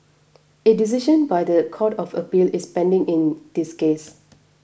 a decision by the Court of Appeal is pending in this case